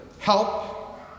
help